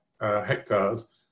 hectares